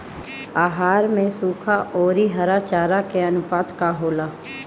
आहार में सुखा औरी हरा चारा के आनुपात का होला?